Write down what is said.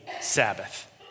Sabbath